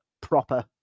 proper